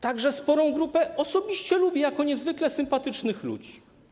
Także sporą grupę osobiście lubię jako niezwykle sympatycznych ludzi.